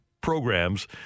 programs